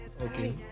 Okay